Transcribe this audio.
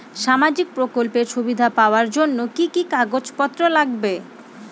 সামাজিক প্রকল্পের সুবিধা পাওয়ার জন্য কি কি কাগজ পত্র লাগবে?